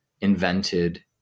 invented